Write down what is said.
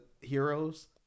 heroes